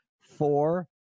four